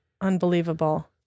unbelievable